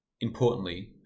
Importantly